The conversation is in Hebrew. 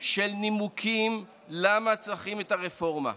של נימוקים למה צריכים את הרפורמה.